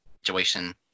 situation